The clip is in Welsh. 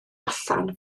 allan